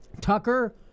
tucker